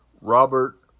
Robert